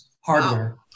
hardware